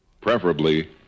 preferably